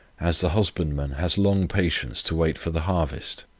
as the husbandman has long patience to wait for the harvest.